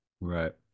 right